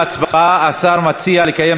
השר מציע לקיים דיון במליאה.